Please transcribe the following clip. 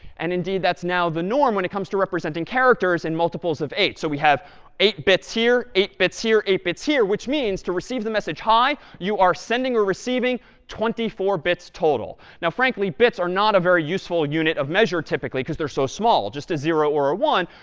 and, indeed, that's now the norm when it comes to representing characters in multiples of eight. so we have eight bits here, eight bits here, eight bits here, which means to receive the message hi! you are sending or receiving twenty four bits total. now, frankly, bits are not a very useful unit of measure, typically, because they're so small. just a zero or a one.